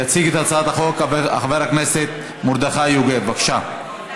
יציג את הצעת החוק חבר הכנסת מרדכי יוגב, בבקשה.